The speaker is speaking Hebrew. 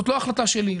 זו לא החלטה שלי,